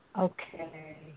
Okay